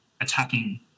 attacking